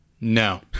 no